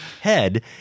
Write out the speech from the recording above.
head